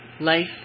Life